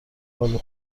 الو